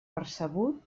percebut